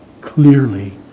clearly